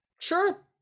Sure